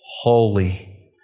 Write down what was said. holy